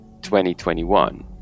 2021